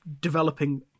developing